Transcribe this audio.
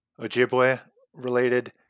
Ojibwe-related